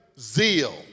zeal